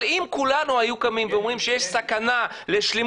אבל אם כולנו היינו קמים ואומרים שיש סכנה לשלמות